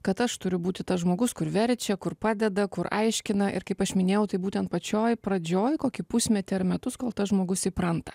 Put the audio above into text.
kad aš turiu būti tas žmogus kur verčia kur padeda kur aiškina ir kaip aš minėjau tai būtent pačioj pradžioj kokį pusmetį ar metus kol tas žmogus įpranta